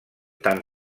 tant